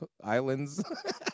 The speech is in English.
Islands